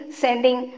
sending